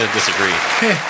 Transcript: disagree